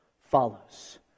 follows